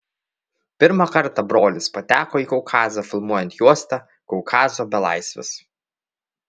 pirmą kartą brolis pateko į kaukazą filmuojant juostą kaukazo belaisvis